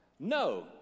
No